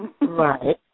Right